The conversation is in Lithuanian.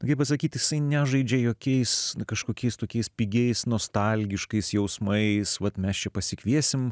geba sakyti jisai nežaidžia jokiais kažkokiais tokiais pigiais nostalgiškais jausmais vat mes čia pasikviesime